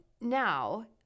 now